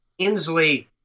Inslee